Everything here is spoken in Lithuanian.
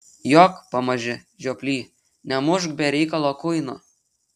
jok pamaži žioply nemušk be reikalo kuino